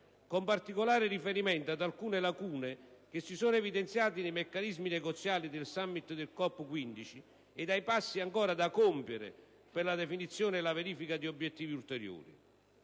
con particolare riferimento ad alcune lacune che si sono evidenziate nei meccanismi negoziali del *Summit* del COP 15 ed ai passi ancora da compiere per la definizione e la verifica di obiettivi ulteriori.